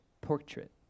portrait